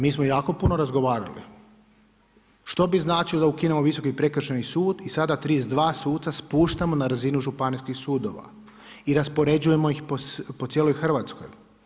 Mi smo jako puno razgovarali što bi značilo da ukinemo Visoki prekršajni sud i sada 32 suca spuštamo na razinu županijskih sudova i raspoređujemo ih po cijeloj Hrvatskoj.